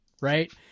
Right